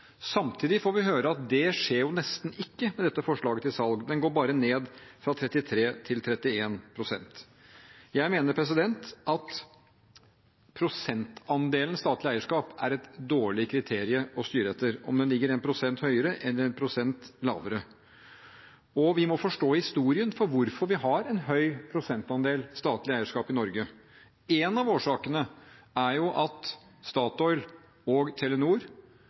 Samtidig får vi høre at det skjer jo nesten ikke med dette forslaget til salg, andelen går bare ned fra 33 pst. til 31 pst. Jeg mener at prosentandelen statlig eierskap er et dårlig kriterium å styre etter – om den ligger én prosent høyere eller én prosent lavere. Vi må forstå historien for å forstå hvorfor vi har en høy prosentandel statlig eierskap i Norge. En av årsakene er at Statoil og Telenor,